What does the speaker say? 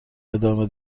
ادامه